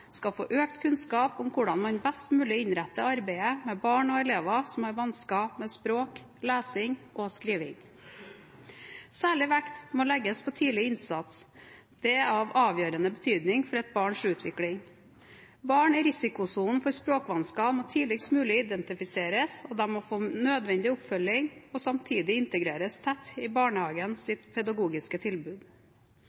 skal få økt kunnskap om hvordan man best mulig innretter arbeidet med barn og elever som har vansker med språk, lesing og skriving. Særlig vekt må legges på tidlig innsats – dette har avgjørende betydning for et barns utvikling. Barn i risikosonen for språkvansker må tidligst mulig identifiseres, og de må få nødvendig oppfølging og samtidig integreres tett i